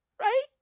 Right